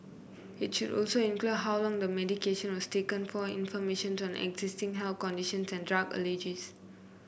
it should also include how long the medication was taken for information on existing health conditions and drug allergies